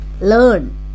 learn